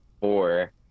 four